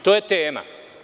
To je tema.